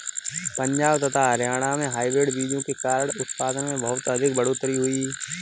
पंजाब तथा हरियाणा में हाइब्रिड बीजों के कारण उत्पादन में बहुत अधिक बढ़ोतरी हुई